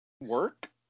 work